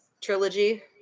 trilogy